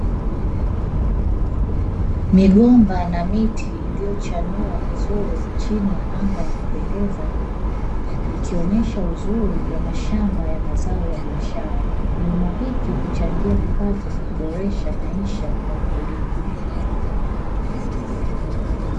Migomba na miti iliyochanua vizuri chini ya anga ya kupendeza, ikionyesha uzuri wamashamba ya mazao ya biashara. Kilimo hiki huchangia kipato na kuboresha maisha ya wakulima.